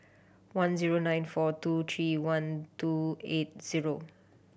one zero nine four two three one two eight zero